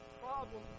problem